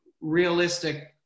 realistic